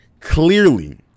Clearly